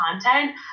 content